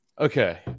Okay